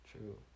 True